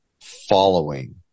following